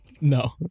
no